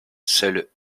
seule